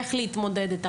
איך להתמודד איתה.